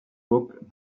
book